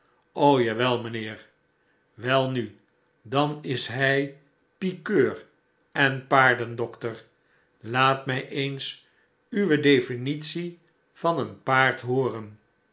ja wel mijnheer welnu dan is hij pikeur en paardendokter laat mij eens uwe defmitie van een paard hooren